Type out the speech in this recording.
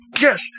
Yes